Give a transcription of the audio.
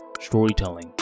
storytelling